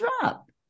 drop